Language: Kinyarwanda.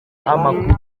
amakuru